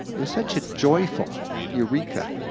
it was such a joyful eureka,